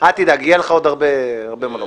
אל תדאג, יהיה לך עוד הרבה מה לומר.